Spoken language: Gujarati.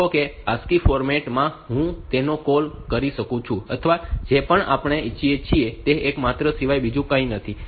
કહો કે ASCII ફોર્મેટ માં હું તેને કૉલ કરી શકું છું અથવા જે કંઈપણ આપણે ઈચ્છીએ છીએ તે એક પાત્ર સિવાય બીજું કંઈ નથી